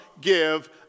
give